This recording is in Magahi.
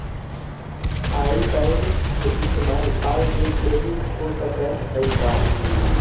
आई बैन के इस्तेमाल आउ देश में भी हो सकऽ हई का?